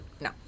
No